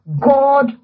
God